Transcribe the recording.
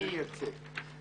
אני אייצג.